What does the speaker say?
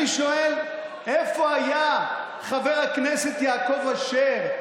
אני שואל: איפה היה חבר הכנסת יעקב אשר?